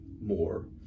more